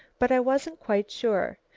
but i wasn't quite sure,